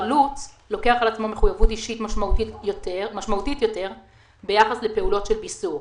חלוץ לוקח על עצמו מחויבות אישית משמעותית יותר ביחס לפעולות של בישור,